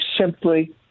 simply